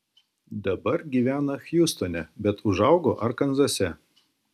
dabar gyvena hjustone bet užaugo arkanzase